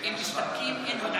אין ועדות.